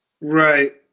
Right